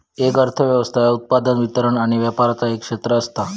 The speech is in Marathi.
एक अर्थ व्यवस्था उत्पादन, वितरण आणि व्यापराचा एक क्षेत्र असता